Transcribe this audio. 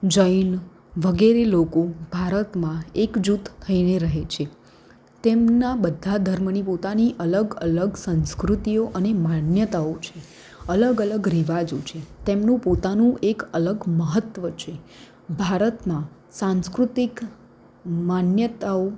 જૈન વગેરે લોકો ભારતમાં એકજૂથ થઈને રહે છે તેમના બધા ધર્મની પોતાની અલગ અલગ સંસ્કૃતિઓ અને માન્યતાઓ છે અલગ અલગ રિવાજો છે તેમનું પોતાનું એક અલગ મહત્ત્વ છે ભારતમાં સાંસ્કૃતિક માન્યતાઓ